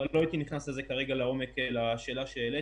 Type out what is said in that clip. אבל לא הייתי נכנס כרגע לעומק לשאלה שהעלית.